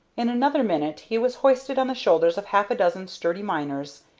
in another minute he was hoisted on the shoulders of half a dozen sturdy miners,